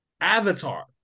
Avatar